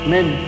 Men